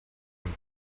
und